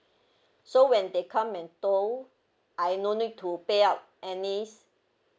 so when they come and tow I no need to pay out any